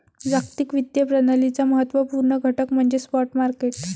जागतिक वित्तीय प्रणालीचा महत्त्व पूर्ण घटक म्हणजे स्पॉट मार्केट